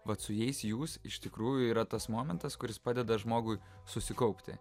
vat su jais jūs iš tikrųjų yra tas momentas kuris padeda žmogui susikaupti